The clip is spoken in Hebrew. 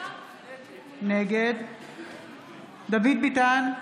נגד דוד ביטן,